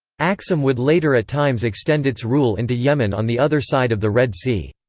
aksum would later at times extend its rule into yemen on the other side of the red sea.